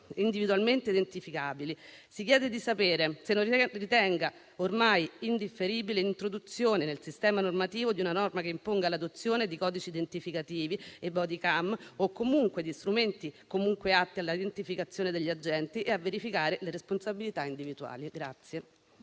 individualmente identificabili", si chiede di sapere se il Ministro in indirizzo non ritenga ormai indifferibile l'introduzione nel sistema normativo di una disposizione che imponga l'adozione di codici identificativi e *bodycam* o comunque di strumenti atti all'identificazione degli agenti e a verificare le responsabilità individuali.